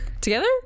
Together